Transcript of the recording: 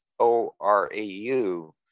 ORAU